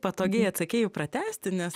patogiai atsakei pratęsti nes